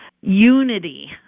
unity